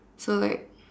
so like